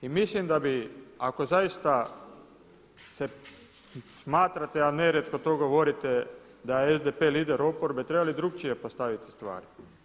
I mislim da bi ako zaista se smatrate, a nerijetko to govorite da je SDP lider oporbe trebali drukčije postaviti stvari.